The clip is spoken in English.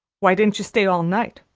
why didn't you stay all night?